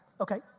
Okay